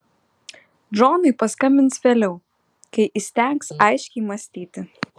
džonui paskambins vėliau kai įstengs aiškiai mąstyti